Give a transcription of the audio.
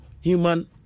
Human